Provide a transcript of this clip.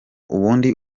ubundi